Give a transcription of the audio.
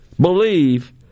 believe